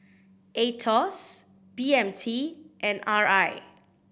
Aetos B M T and R I